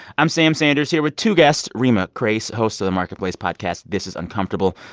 i'm sam sanders here with two guests reema khrais, so host of the marketplace podcast, this is uncomfortable,